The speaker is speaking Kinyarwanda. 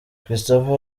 christopher